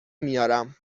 میارم